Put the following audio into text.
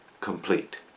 complete